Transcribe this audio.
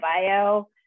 bio